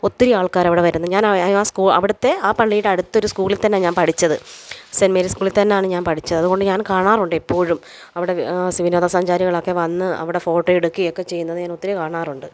ഒത്തിരി ആൾക്കാർ അവിടെ വരുന്ന് ഞാൻ ആ ആ സ്കൂ അവിടുത്തെ ആ പള്ളീടടുത്തൊരു സ്കൂളിൽ തന്നെയാണ് ഞാൻ പഠിച്ചത് സെൻമേരീസ് സ്കൂളിൽ തന്നാണ് ഞാൻ പഠിച്ചത് അതുകൊണ്ട് ഞാൻ കാണാറുണ്ടെപ്പോഴും അവിടെ വ് വിനോദസഞ്ചാരികളൊക്കെ വന്ന് അവിടെ ഫോട്ടോ എടുക്കേംയൊക്കെ ചെയ്യുന്നത് ഞാൻ ഒത്തിരി കാണാറുണ്ട്